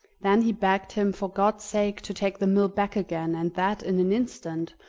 then he begged him, for god's sake, to take the mill back again, and that in an instant,